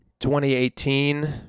2018